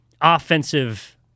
offensive